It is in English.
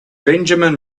benjamin